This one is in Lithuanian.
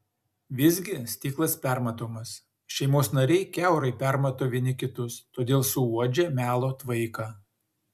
visgi stiklas permatomas šeimos nariai kiaurai permato vieni kitus todėl suuodžia melo tvaiką